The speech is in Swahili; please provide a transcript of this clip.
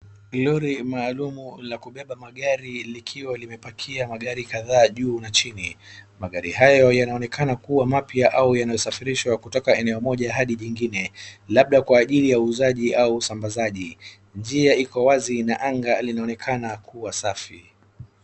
Lori maalum la kubeba magari likiwa limepakia magari kadhaa juu na chini. Magari hayo yanaonekana kuwa mapya au yanasafirishwa kutoka eneo moja hadi jingine labda kwa ajili ya uuzaji au usambazaji. Njia iko wazi na anga linaonekana kuwa safi.